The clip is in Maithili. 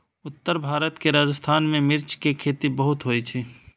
उत्तर भारत के राजस्थान मे मिर्च के खेती बहुत होइ छै